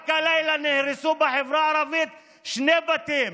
רק הלילה נהרסו בחברה הערבית שני בתים,